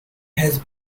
has